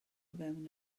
fewn